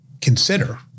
consider